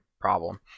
problem